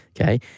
Okay